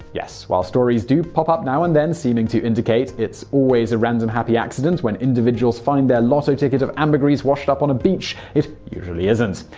yes, while stories do pop up now and then seeming to indicate it's always a random happy accident when individuals find their lotto ticket of ambergris washed up on a beach, it usually isn't.